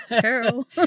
Carol